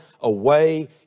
away